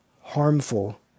harmful